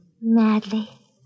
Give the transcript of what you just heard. Madly